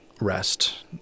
rest